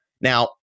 now